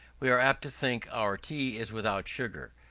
we are apt to think our tea is without sugar.